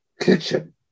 kitchen